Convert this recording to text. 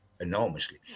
enormously